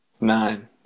nine